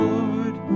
Lord